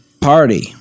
party